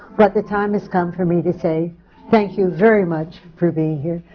but the time has come for me to say thank you very much for being here.